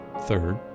Third